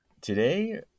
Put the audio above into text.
Today